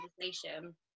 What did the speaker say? conversation